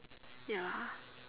ya